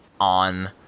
on